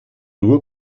nur